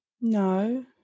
No